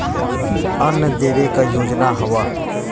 अन्न देवे क योजना हव